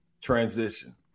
transition